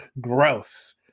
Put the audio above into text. gross